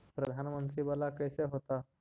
प्रधानमंत्री मंत्री वाला कैसे होता?